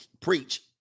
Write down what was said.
preach